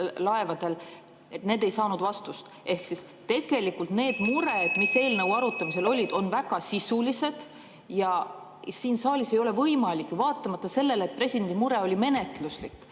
laevadel, ei saanud vastust. (Juhataja helistab kella.) Ehk tegelikult need mured, mis eelnõu arutamisel olid, on väga sisulised. Ja siin saalis ei ole võimalik, vaatamata sellele, et presidendi mure oli menetluslik,